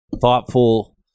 thoughtful